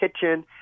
kitchen